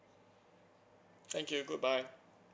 thank you goodbye